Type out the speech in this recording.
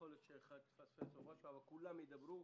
כולם ידברו.